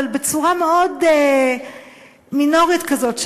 אבל בצורה מאוד מינורית כזאת,